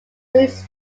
roots